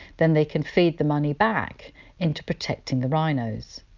then they can feed the money back into protecting the rhinos.